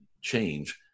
change